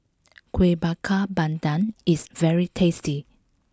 Kueh Bakar Pandan is very tasty